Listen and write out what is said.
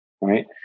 right